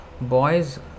boys